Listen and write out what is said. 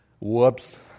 whoops